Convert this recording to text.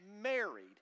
married